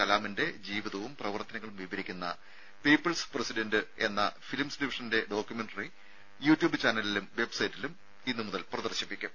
കലാമിന്റെ ജീവിതവും പ്രവർത്തനങ്ങളും വിവരിക്കുന്ന പീപ്പിൾസ് പ്രസിഡന്റ് എന്ന പേരിൽ ഫിലിംസ് ഡിവിഷൻ തയ്യാറാക്കിയ ഡോക്യുമെന്ററി യൂട്യൂബ് ചാനലിലും വെബ്സൈറ്റിലും പ്രദർശിപ്പിക്കും